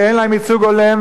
כי אין להם ייצוג הולם,